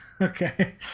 Okay